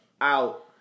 out